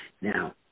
Now